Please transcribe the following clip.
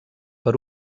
per